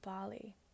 Bali